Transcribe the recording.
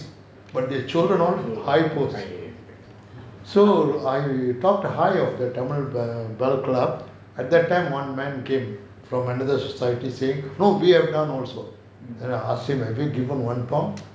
but their children all high post so I talk high of the tamil wealth club at that time one man came from another society saying no we have done also then I ask him have they given one pound